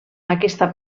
aquesta